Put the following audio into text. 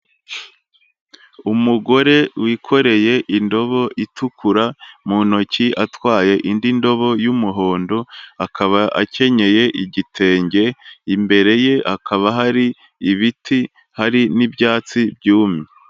Umugore wikoreye indobo itukura, mu ntoki atwaye indi ndobo y'umuhondo, akaba akenyeye igitenge, imbere ye hakaba hari ibiti hari n'ibyatsi byumye.